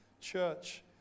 church